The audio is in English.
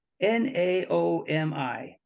N-A-O-M-I